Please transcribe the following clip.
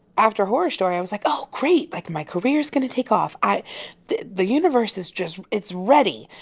after horror story, i was like, oh, great. like, my career's going to take off. i the the universe is just it's ready.